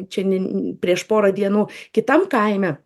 čia n prieš porą dienų kitam kaime